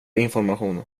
information